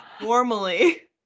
normally